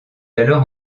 alors